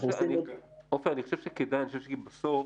בסוף